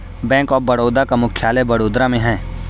bank of Baroda का मुख्यालय वडोदरा में है